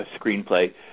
screenplay